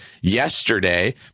yesterday